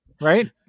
right